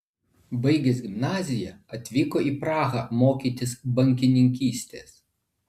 baigęs gimnaziją atvyko į prahą mokytis bankininkystės